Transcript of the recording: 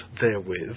therewith